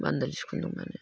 बान्डोलैसो फानोमोन